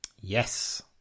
Yes